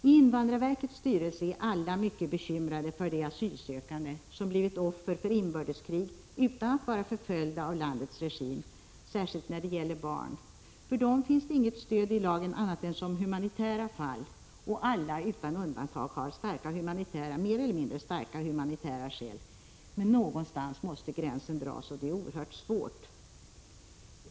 I invandrarverkets styrelse är alla mycket bekymrade för de asylsökande som blivit offer för inbördeskrig utan att vara förföljda av landets regim. Särskilt gäller detta för barnen. Det finns inte stöd i lagen för att de skall få stanna av annat än humanitära skäl, och alla, utan undantag, har mer eller mindre starka humanitära skäl. Men någonstans måste gränsen dras, och det är oerhört svårt.